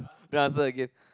play answer again